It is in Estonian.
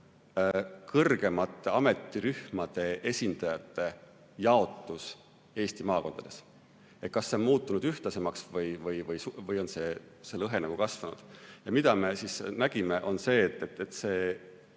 kõrgemate ametirühmade esindajate jaotus Eesti maakondades, st kas see on muutunud ühtlasemaks või on see lõhe kasvanud. Ja mida me nägime, on see, et see